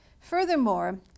Furthermore